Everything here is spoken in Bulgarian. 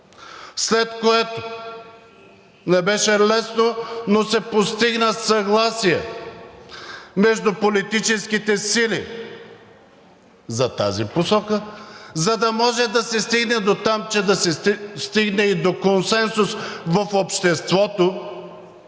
след което не беше лесно, но се постигна съгласие между политическите сили за тази посока, за да може да се стигне дотам, че да се стигне и до консенсус в обществото